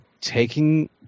taking